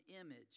image